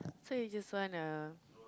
so you just wanna